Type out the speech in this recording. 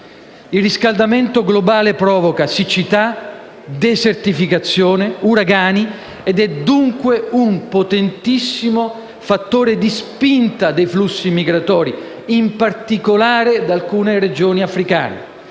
Il riscaldamento globale provoca siccità, desertificazione, uragani ed è, dunque, un potentissimo fattore di spinta dei flussi migratori, in particolare da alcune regioni africane.